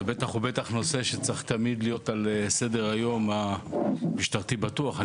זה בטח ובטח נושא שצריך תמיד להיות על סדר היום המשטרתי בטוח,